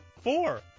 Four